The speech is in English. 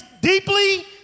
deeply